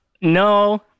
no